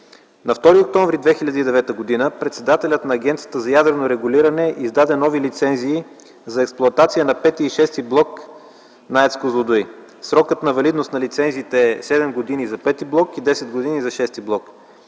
На 2 октомври 2009 г. председателят на Агенцията за ядрено регулиране издаде нови лицензи за експлоатация на V и VІ блок на АЕЦ „Козлодуй”. Срокът на валидност на лицензите е 7 години за V блок и 10 години за VІ блок.